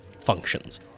functions